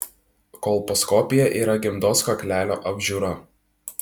kolposkopija yra gimdos kaklelio apžiūra